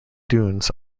dunes